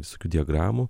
visokių diagramų